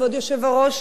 כבוד היושב-ראש,